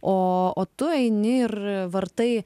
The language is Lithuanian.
o tu eini ir vartai